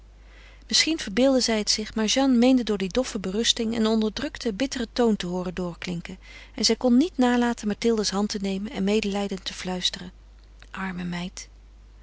misschien verbeeldde zij het zich maar jeanne meende door die doffe berusting een onderdrukten bitteren toon te hooren doorklinken en zij kon niet nalaten mathilde's hand te nemen en medelijdend te fluisteren arme meid